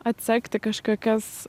atsekti kažkokias